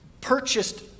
purchased